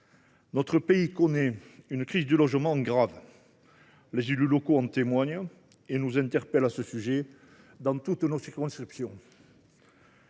Notre pays connaît une crise du logement grave. Les élus locaux en témoignent et nous interpellent sur ce sujet dans toutes nos circonscriptions.